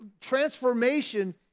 Transformation